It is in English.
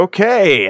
Okay